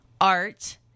art